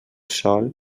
sol